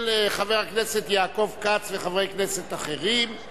של חבר הכנסת יעקב כץ וחברי כנסת אחרים.